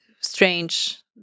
strange